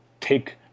take